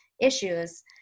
issues